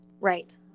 right